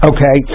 Okay